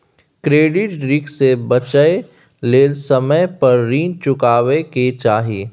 credit risk से बचइ लेल समय पर रीन चुकाबै के चाही